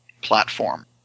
platform